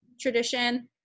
tradition